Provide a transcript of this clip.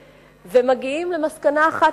ומגיעים למסקנה אחת ויחידה.